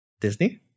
Disney